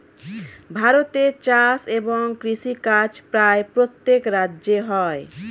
ভারতে চাষ এবং কৃষিকাজ প্রায় প্রত্যেক রাজ্যে হয়